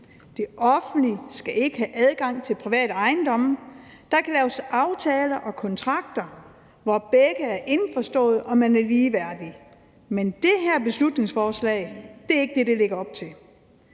Det offentlige skal ikke have adgang til private ejendomme. Der kan laves aftaler og kontrakter, hvor begge er indforståede og man er ligeværdige, men det er ikke det, det her